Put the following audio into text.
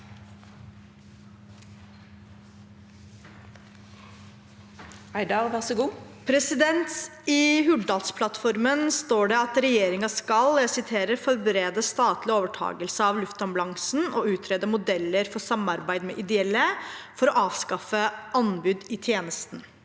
landet. I Hurdalsplattformen sier regjeringen at den vil forberede statlig overtakelse av luftambulansen og utrede modeller for samarbeid med ideelle for å avskaffe anbud i tjenesten.